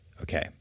Okay